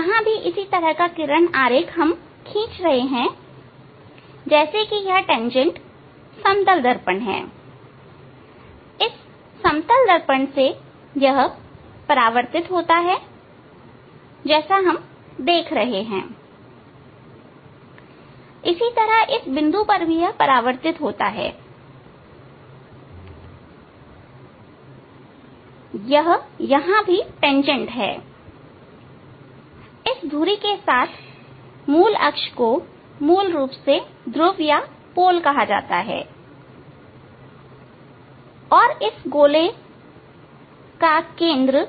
यहाँ भी इसी तरह की किरण आरेख हम खींच रहे हैंजैसे कि यह तेंजेंट समतल दर्पण है इस समतल दर्पण से यह परावर्तित होता है जैसा हम देख रहे हैं इसी तरह इस बिंदु पर भी यह एक परावर्तित होता है यह यहाँ तेंजेंट भी है इन धुरी के साथ मूल अक्ष को मूल रूप से ध्रुव कहा जाता है और इस गोले का केंद्र